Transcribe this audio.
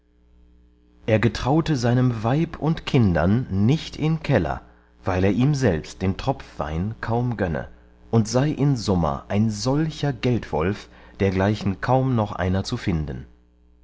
er getraute seinem weib und kindern nicht in keller weil er ihm selbst den tropfwein kaum gönne und sei in summa ein solcher geldwolf dergleichen kaum noch einer zu finden